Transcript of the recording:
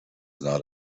not